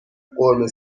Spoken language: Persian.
قرمه